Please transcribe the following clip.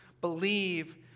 believe